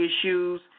issues